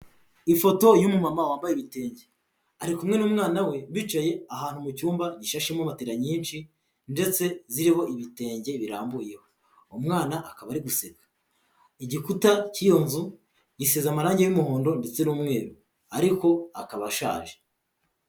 Ifoto y'umu mama wambaye ibitenge ari kumwe n'umwana we, bicaye ahantu mu cyumba gishashemo matera nyinshi ndetse ziriho ibitenge birambuye, umwana akaba ari guseka. Igikuta cy'iyo nzu gisize amarangi y'umuhondo ndetse n'umweru ariko akaba ashaje.